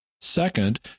Second